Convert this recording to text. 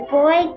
boy